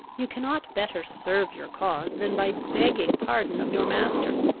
you cannot better serve your cause than by begging pardon of your master,